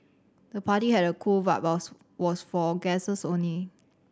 the party had a cool vibes was for guests only